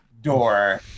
door